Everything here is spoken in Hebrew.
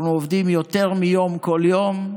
אנחנו עובדים יותר מיום כל יום.